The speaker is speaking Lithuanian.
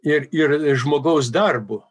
ir ir žmogaus darbu